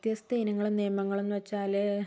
വ്യത്യസ്തയിനങ്ങളും നിയമങ്ങളും എന്നു വച്ചാൽ